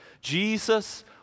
Jesus